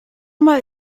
mal